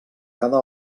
cada